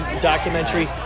documentary